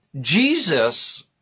Jesus